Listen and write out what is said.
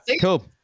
Cool